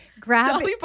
Grab